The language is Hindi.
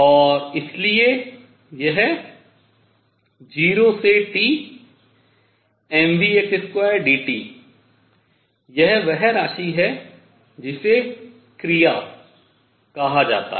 और इसलिए यह 0 से T mvx2dt यह वह राशि है जिसे क्रिया कहा जाता है